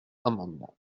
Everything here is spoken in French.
amendement